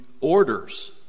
orders